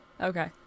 Okay